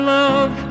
love